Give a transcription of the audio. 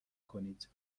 کنید